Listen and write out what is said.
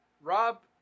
Rob